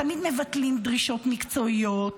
תמיד מבטלים דרישות מקצועיות.